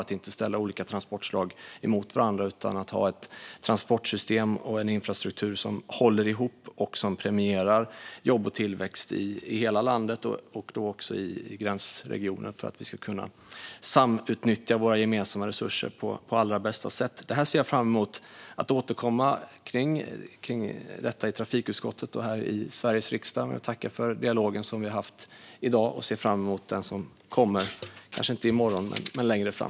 Vi ska inte ställa olika transportslag emot varandra utan ha ett transportsystem och en infrastruktur som håller ihop och premierar jobb och tillväxt i hela landet, även i gränsregioner, för att vi ska kunna samutnyttja våra gemensamma resurser på allra bästa sätt. Det här ser jag fram emot att återkomma till i trafikutskottet och kammaren i Sveriges riksdag. Jag tackar för den dialog som vi haft i dag och ser fram emot den som kommer - kanske inte i morgon men längre fram.